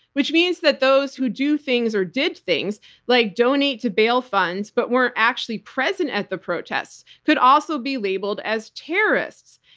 which means that those who do things or did things like donate to bail funds, but weren't actually present at the protest could also be labeled as terrorists.